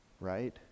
right